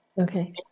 Okay